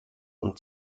und